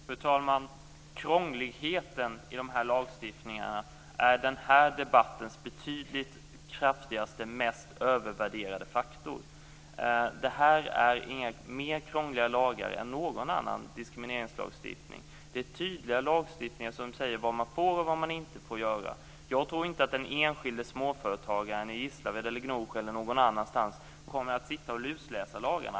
Fru talman! Krångligheten i de här lagstiftningarna är den här debattens kraftigaste och mest övervärderade faktor. Det här är inte mer krångliga lagar än någon annan diskrimineringslagstiftning. Det är en tydlig lagstiftning som säger vad man får och vad man inte får göra. Jag tror inte att den enskilde småföretagaren i Gislaved eller Gnosjö eller någon annanstans kommer att sitta och lusläsa lagarna.